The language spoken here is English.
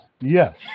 Yes